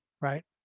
right